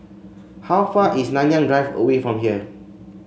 how far is Nanyang Drive away from here